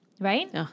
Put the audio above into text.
right